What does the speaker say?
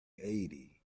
eighty